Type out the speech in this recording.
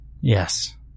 Yes